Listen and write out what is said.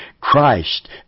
Christ